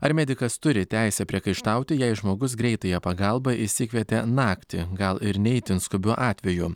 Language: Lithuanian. ar medikas turi teisę priekaištauti jei žmogus greitąją pagalbą išsikvietė naktį gal ir ne itin skubiu atveju